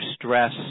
stress